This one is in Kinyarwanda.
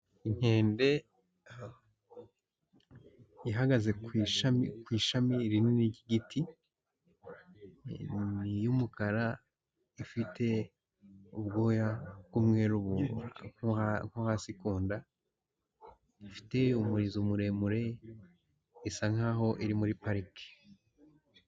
Inkende ihagaze ku ishami rinini ry'igiti y'umukara, ifite ubwoya bw'umweru nko hasi, ku nda. Ifite umurizo muremure isa nk'aho iri muri parike.